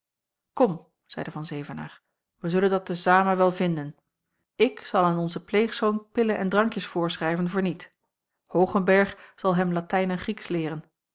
kom zeide van zevenaer wij zullen dat te zamen wel vinden ik zal aan onzen pleegzoon pillen en drankjes voorschrijven voor niet hoogenberg zal hem latijn en grieksch leeren